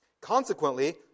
Consequently